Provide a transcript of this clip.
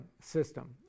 system